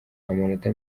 amanota